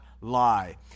lie